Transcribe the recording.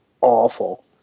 awful